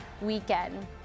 weekend